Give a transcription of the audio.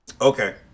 Okay